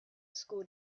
school